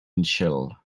michelle